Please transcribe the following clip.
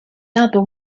album